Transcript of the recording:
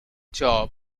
job